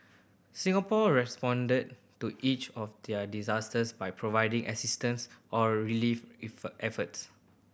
Singapore responded to each of their disasters by providing assistance or relief efforts